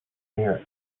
here